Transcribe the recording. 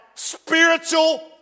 Spiritual